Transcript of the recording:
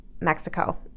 Mexico